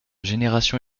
génération